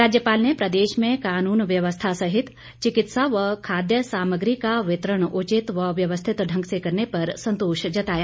राज्यपाल ने प्रदेश में कानून व्यस्था सहित चिकित्सा व खाद्य सामग्री का वितरण उचित व व्यवस्थित ढंग से करने पर संतोष जताया